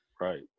Right